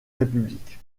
république